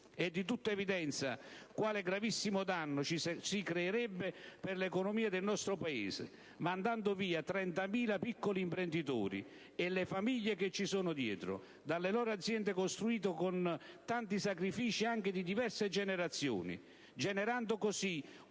È di tutta evidenza quale gravissimo danno si creerebbe per l'economia del nostro Paese mandando via 30.000 piccoli imprenditori - e le famiglie che ci sono dietro - dalle loro aziende costruite con tanti sacrifici, anche di diverse generazioni, generando così, oltre